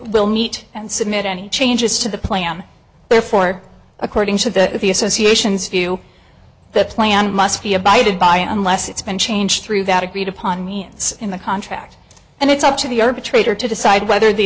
will meet and submit any changes to the plan therefore according to the associations view the plan must be abided by unless it's been changed through that agreed upon means in the contract and it's up to the arbitrator to decide whether the